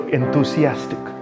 enthusiastic